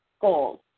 goals